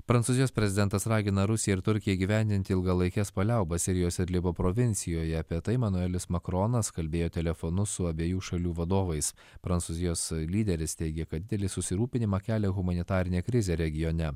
prancūzijos prezidentas ragina rusiją ir turkiją įgyvendinti ilgalaikes paliaubas sirijos idlibo provincijoje apie tai emanuelis makronas kalbėjo telefonu su abiejų šalių vadovais prancūzijos lyderis teigia kad didelį susirūpinimą kelia humanitarinė krizė regione